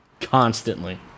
Constantly